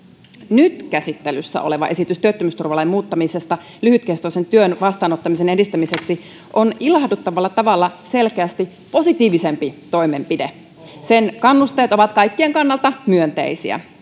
nyt käsittelyssä oleva esitys työttömyysturvalain muuttamisesta lyhytkestoisen työn vastaanottamisen edistämiseksi on ilahduttavalla tavalla selkeästi positiivisempi toimenpide sen kannusteet ovat kaikkien kannalta myönteisiä